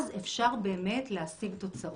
אז אפשר להשיג תוצאות.